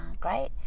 great